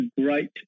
great